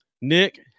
Nick